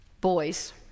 boys